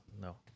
No